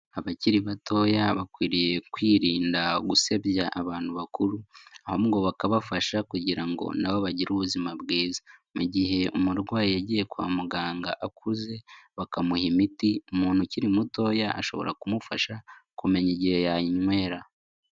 Abakiri batoya bakwiriye kwirinda gusebya abantu bakuru, ahubwo bakabafasha kugira ngo nabo bagire ubuzima bwiza. Mu gihe umurwayi yagiye kwa muganga akuze bakamuha imiti, umuntu ukiri mutoya ashobora kumufasha kumenya igihe yayinywera.